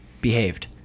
behaved